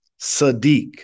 Sadiq